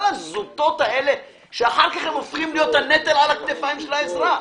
לא על כל הזוטות האלה שאחר כך הופכות להיות נטל על הכתפיים של האזרח.